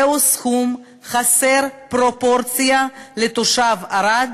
זהו סכום חסר פרופורציה לתושב ערד